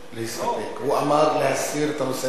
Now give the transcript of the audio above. הוא אמר להסיר את הנושא מסדר-היום.